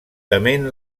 tement